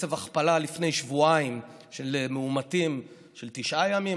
בקצב הכפלה במאומתים של תשעה ימים,